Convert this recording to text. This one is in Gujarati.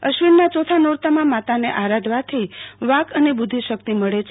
અશ્વિનના ચોથા નોરતામાં માતાને આરાધવાથી વાક્ અને બુ ધ્ધ શક્તિ મળે છે